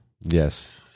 Yes